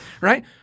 right